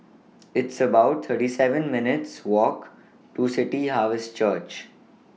It's about thirty seven minutes' Walk to City Harvest Church